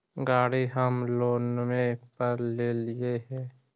गाड़ी हम लोनवे पर लेलिऐ हे?